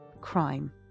crime